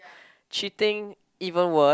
cheating even worse